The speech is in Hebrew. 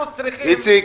כבוד היושב ראש,